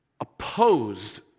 opposed